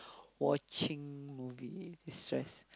watching movies destress